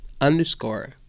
underscore